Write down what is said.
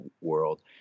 world